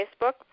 Facebook